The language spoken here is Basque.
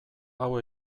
hau